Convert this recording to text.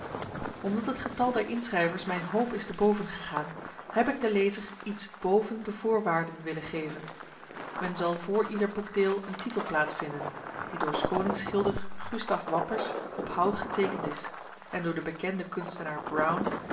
omdat het getal der inschrijvers mijn hoop is te boven gegaan heb ik de lezer iets boven de voorwaarden willen geven men zal voor ieder boekdeel een titelplaat vinden die door s konings schilder gustaf wappers op hout getekend is en door de bekende kunstenaar brown